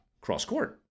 cross-court